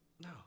No